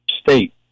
state